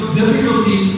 difficulty